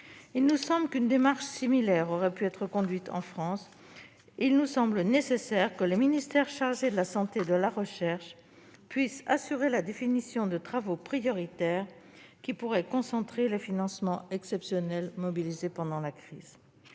Il nous semble qu'une démarche similaire aurait pu être conduite en France ; les ministères chargés de la santé et de la recherche doivent pouvoir, selon nous, assurer la définition de travaux prioritaires, qui pourraient concentrer les financements exceptionnels mobilisés pendant une crise.